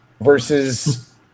Versus